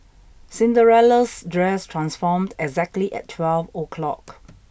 Cinderella's dress transformed exactly at twelve O clock